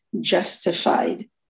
justified